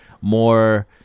more